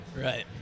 Right